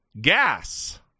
Gas